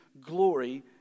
glory